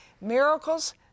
miracles